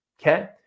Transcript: Okay